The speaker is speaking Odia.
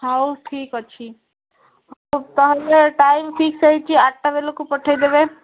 ହଉ ଠିକ୍ ଅଛି ହଉ ତା'ହେଲେ ଟାଇମ୍ ଫିକ୍ସ୍ ହେଇଛି ଆଠଟା ବେଳକୁ ପଠାଇଦେବ